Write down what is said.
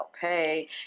pay